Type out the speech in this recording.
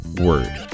word